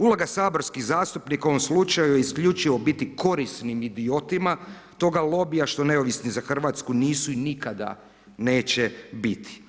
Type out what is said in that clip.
Uloga saborskih zastupnika u ovom slučaju je isključivo biti korisnim idiotima toga lobija što Neovisni za Hrvatsku nisu i nikada neće biti.